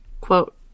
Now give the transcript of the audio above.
Quote